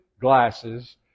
glasses